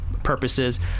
Purposes